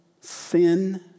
sin